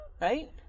right